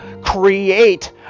create